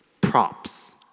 props